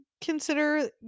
consider